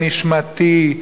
הנשמתי,